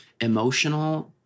emotional